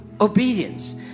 obedience